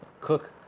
Cook